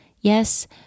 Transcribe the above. Yes